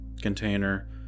container